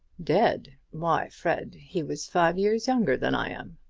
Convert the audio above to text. dead! why, fred, he was five years younger than i am!